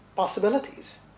possibilities